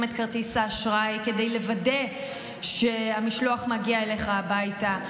את כרטיס האשראי כדי לוודא שהמשלוח מגיע אליך הביתה",